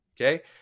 Okay